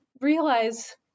Realize